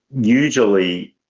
usually